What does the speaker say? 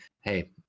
hey